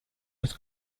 was